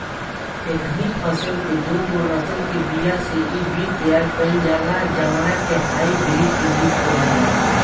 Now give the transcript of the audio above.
एकही फसल के दूगो नसल के बिया से इ बीज तैयार कईल जाला जवना के हाई ब्रीड के बीज कहल जाला